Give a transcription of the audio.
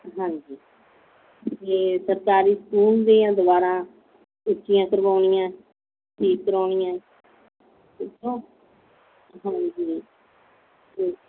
ਹਾਂਜੀ ਅਤੇ ਸਰਕਾਰੀ ਸਕੂਲ ਦੀਆਂ ਦੀਵਾਰਾਂ ਉੱਚੀਆਂ ਕਰਵਾਉਣੀਆਂ ਠੀਕ ਕਰਵਾਉਣੀਆਂ ਉੱਤੋਂ ਹਾਂਜੀ ਠੀਕ